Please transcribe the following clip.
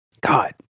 god